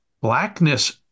blackness